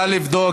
נא לבדוק.